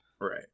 right